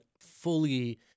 fully